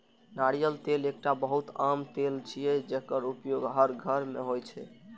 नारियल तेल एकटा बहुत आम तेल छियै, जेकर उपयोग हर घर मे होइ छै